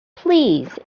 please